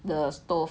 the stove